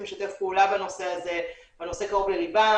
לשתף פעולה בנושא הזה והנושא קרוב לליבם,